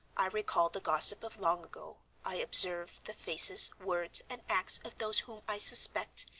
i recall the gossip of long ago, i observe the faces, words, and acts of those whom i suspect,